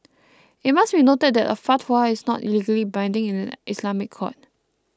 it must be noted that a fatwa is not legally binding in an Islamic court